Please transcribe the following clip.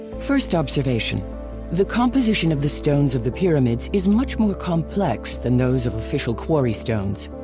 first observation the composition of the stones of the pyramids is much more complex than those of official quarry stones.